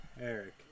Eric